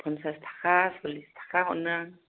पनचास थाखा चल्लीस थाखा हरो आं